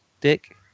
Dick